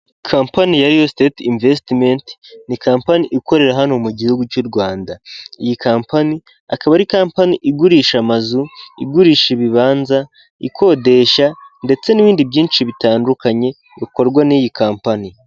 Kampani ya riyo siteti imvesitimenti ni kampana ikorera hano mu gihugu cy'u Rwanda, iyi kampani akaba ari kampani igurisha amazu, igurisha ibibanza, ikodesha ndetse n'ibindi byinshi bitandukanye bikorwa n'iyi kampani.